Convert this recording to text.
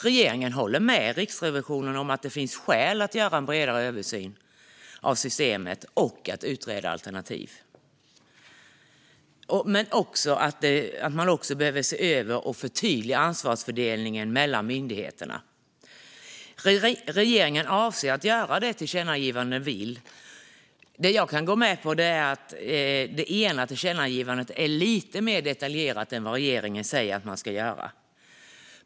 Regeringen håller med Riksrevisionen om att det finns skäl att göra en bredare översyn av systemet och att utreda alternativ men att man också behöver se över och förtydliga ansvarsfördelningen mellan myndigheterna. Regeringen avser att göra det tillkännagivandena vill, även om jag kan gå med på att det ena tillkännagivandet är lite mer detaljerat än vad regeringen säger att den ska göra.